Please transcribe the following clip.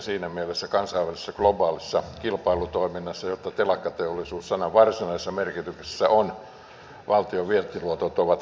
siinä mielessä kansainvälisessä globaalissa kilpailutoiminnassa jota telakkateollisuus sanan varsinaisessa merkityksessä on valtion vientiluotot ovat välttämättömiä